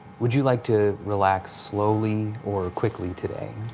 would you like to relax slowly or quickly today?